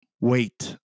wait